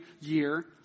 year